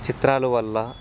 చిత్రాల వల్ల